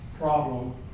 problem